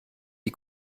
die